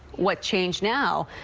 what change now.